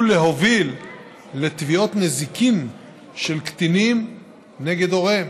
ולהוביל לתביעות נזיקין של קטינים נגד הוריהם.